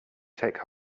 take